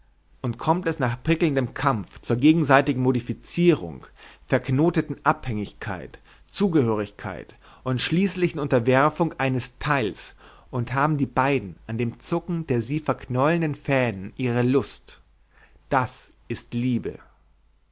und kommt es nach prickelndem kampf zur gegenseitigen modifizierung verknoteten abhängigkeit zugehörigkeit und schließlichen unterwerfung eines teils und haben die beiden an dem zucken der sie verknäuelnden fäden ihre lust das ist die liebe